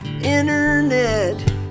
internet